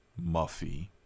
Muffy